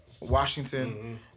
Washington